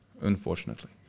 unfortunately